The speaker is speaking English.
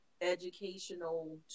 educational